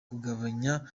kugabanya